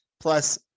plus